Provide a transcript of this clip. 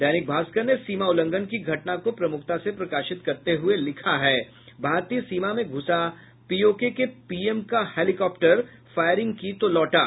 दैनिक भास्कर ने सीमा उल्लंघन की घटना को प्रमुखता से प्रकाशित करते हुये लिखा है भारतीय सीमा में घुसा पीओके के पीएम का हेलिकॉप्टर फायरिंग की तो लौटा